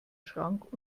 schrank